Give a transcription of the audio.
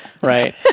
Right